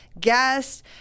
guest